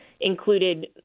included